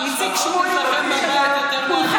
תשמרי את ההשמצות אצלכם בבית, זה יותר